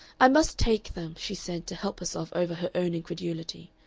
i must take them, she said, to help herself over her own incredulity.